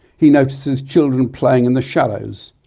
he notices children playing in the shallows.